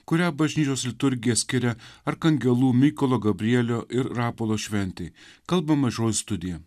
kurią bažnyčios liturgija skiria arkangelų mykolo gabrielio ir rapolo šventei kalba mažoji studija